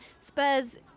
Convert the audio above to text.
Spurs